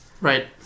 right